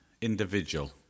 individual